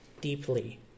deeply